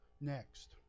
Next